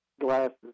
glasses